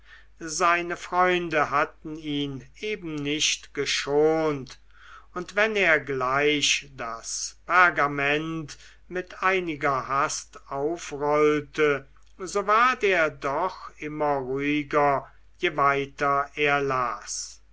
seine freunde hatten ihn eben nicht geschont und wenn er gleich das pergament mit einiger hast aufrollte so ward er doch immer ruhiger je weiter er las